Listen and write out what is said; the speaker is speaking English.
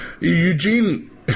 Eugene